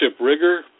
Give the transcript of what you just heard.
Rigor